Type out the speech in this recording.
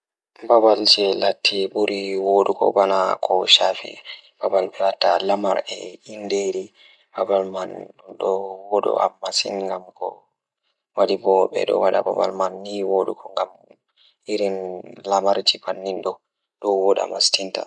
Mi njiddaade sabu goɗɗo fiyaangu ngal njiddaade rewɓe ngal sabu fiyaangu ngal nguurndam mi rewɓe ngal